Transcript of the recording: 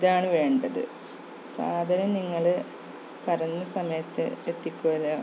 ഇതാണ് വേണ്ടത് സാധനം നിങ്ങൾ പറഞ്ഞ സമയത്ത് എത്തിക്കുമല്ലോ